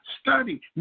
study